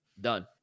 Done